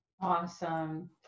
Awesome